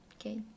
okay